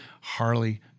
Harley